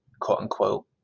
quote-unquote